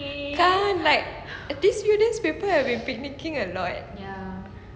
kan like these few days people have been picnicking a lot